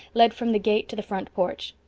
led from the gate to the front porch.